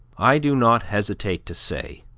i do not hesitate to say,